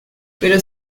pero